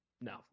No